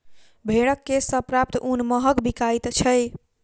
भेंड़क केश सॅ प्राप्त ऊन महग बिकाइत छै